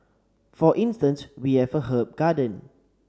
for instance we have a herb garden